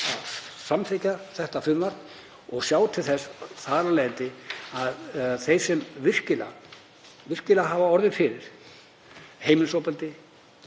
að samþykkja þetta frumvarp og sjá til þess þar af leiðandi að þeir sem virkilega hafa orðið fyrir heimilisofbeldi,